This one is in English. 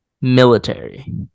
military